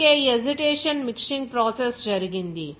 అందుకే ఈ agitation mixing process జరిగింది